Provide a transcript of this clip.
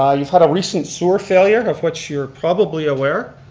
ah you've had a recent sewer failure, of which you're probably aware,